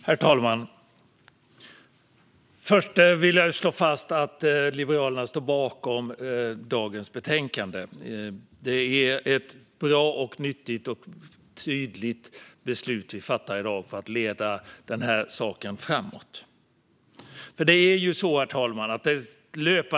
Herr talman! Först vill jag slå fast att Liberalerna står bakom förslaget i dagens betänkande. Det är ett bra, nyttigt och tydligt beslut som vi kommer att fatta i dag för att leda den här saken framåt. Herr talman!